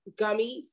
gummies